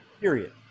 period